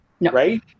right